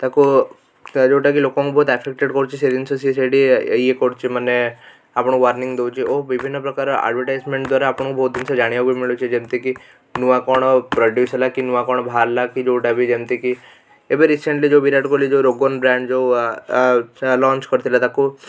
ତାକୁ ଯେଉଁଟାକି ଲୋକଙ୍କୁ ବହୁତ ଆଫେକ୍ଟେଡ୍ କରୁଛି ସେ ଜିନିଷ ସେ ସେଇଠି ଇଏ କରୁଛି ମାନେ ଆପଣଙ୍କୁ ୱାରନିଂଗ ଦଉଛି ଓ ବିଭିନ୍ନ ପ୍ରକାର ଆଡ଼ଭଟାଈଜମେଣ୍ଟ ଦ୍ୱାରା ଆପଣଙ୍କୁ ବହୁତ ଜିନିଷ ଜାଣିବାକୁ ମିଳୁଛି ଯେମିତିକି ନୂଆ କ'ଣ ପ୍ରଡ୍ୟୁସ୍ ହେଲା କି ନୂଆ କ'ଣ ବାହାରିଲାକି ଯେଉଁଟାବି ଯେମିତିକି ଏବେ ରିସେଣ୍ଟଲି ଯେଉଁ ଭିରାଟ୍ କୋହଲୀର ଯେଉଁ ରଗୋନ୍ ବ୍ରାଣ୍ଡ୍ ଯେଉଁ ଲଂଚ୍ କରିଥିଲା ତାକୁ